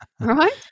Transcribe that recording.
right